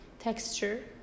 texture